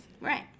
Right